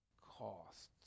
costs